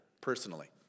personally